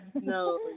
no